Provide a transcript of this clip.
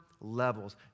levels